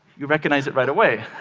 you recognize it right away.